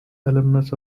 alumnus